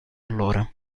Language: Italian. allora